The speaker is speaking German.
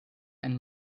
ein